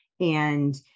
and-